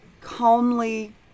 calmly